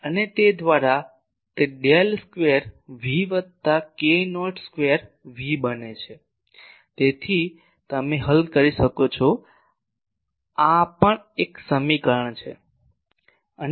અને તે દ્વારા તે ડેલ સ્ક્વેર V વત્તા k નોટ સ્કવેર V બને તેથી તમે હલ કરી શકો છો આ પણ એક સમીકરણ છે